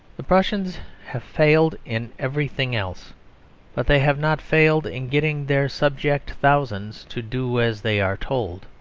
the prussians have failed in everything else but they have not failed in getting their subject thousands to do as they are told.